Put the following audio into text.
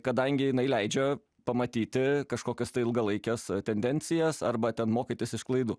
kadangi jinai leidžia pamatyti kažkokias tai ilgalaikes tendencijas arba ten mokytis iš klaidų